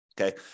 Okay